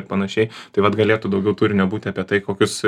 ir panašiai tai vat galėtų daugiau turinio būti apie tai kokius